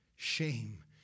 Shame